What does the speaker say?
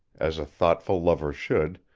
as a thoughtful lover should,